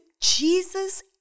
Jesus